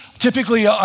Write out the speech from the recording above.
typically